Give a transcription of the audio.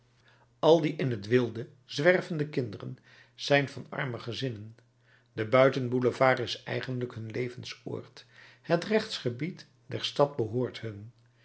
al die in het wilde zwervende kinderen zijn van arme gezinnen de buiten boulevard is eigenlijk hun levensoord het rechtsgebied der stad behoort hun